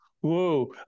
whoa